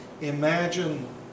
Imagine